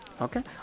Okay